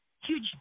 huge